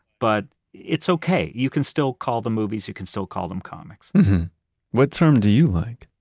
but it's okay, you can still call them movies, you can still call them comics what term do you like?